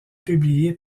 publiées